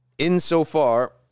insofar